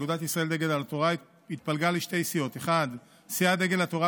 אגודת ישראל דגל התורה התפלגה לשתי סיעות: 1. סיעת דגל התורה,